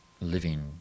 living